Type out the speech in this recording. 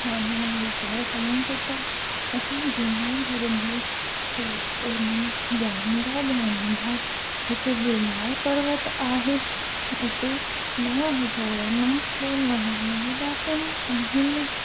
वञण जो वीचारु कयूं बि त असांजे जूनागढ़ में ॼाणीदां ॼाणीदां हिकु गिरनार पर्वत आहे उते नव हज़ार नव सौ नवानवे ॾाकिणूं आहिनि